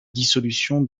dissolution